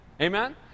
Amen